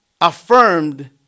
affirmed